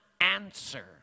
answer